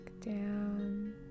down